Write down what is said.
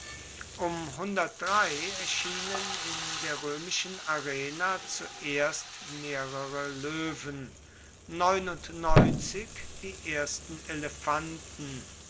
um erschienen in der römischen arena zuerst mehrere löwen die ersten elefanten